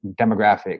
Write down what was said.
demographic